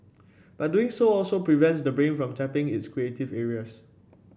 but doing so also prevents the brain from tapping its creative areas